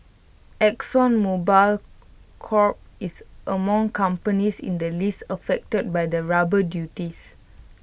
exxon Mobil Corp is among companies in the list affected by the rubber duties